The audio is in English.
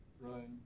Right